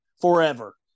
forever